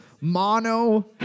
mono